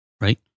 right